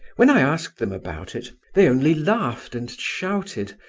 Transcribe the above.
when i asked them about it they only laughed and shouted,